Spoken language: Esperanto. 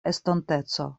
estonteco